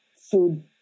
food